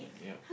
yup